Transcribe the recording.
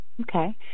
Okay